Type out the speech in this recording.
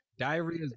Diarrhea